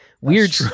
weird